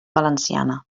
valenciana